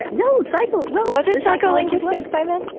you know and psycho well, was it psycholinguistics by then?